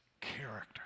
character